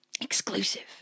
Exclusive